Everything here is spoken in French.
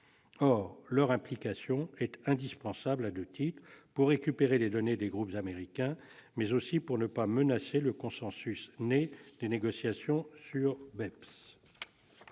Or leur implication est indispensable à deux titres : pour récupérer les données des groupes américains, mais aussi pour ne pas menacer le consensus né des négociations sur le